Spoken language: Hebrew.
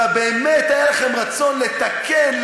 ובאמת היה לכם רצון לתקן,